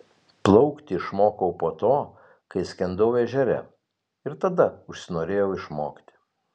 plaukti išmokau po to kai skendau ežere ir tada užsinorėjau išmokti